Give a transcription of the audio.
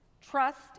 trust